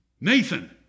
Nathan